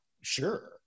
sure